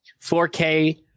4K